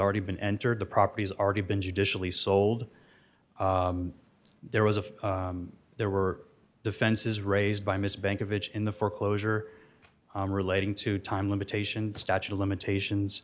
already been entered the properties already been judicially sold there was a there were defenses raised by miss bank of it in the foreclosure relating to time limitation the statute of limitations